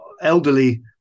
elderly